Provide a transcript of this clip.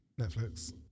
Netflix